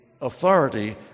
authority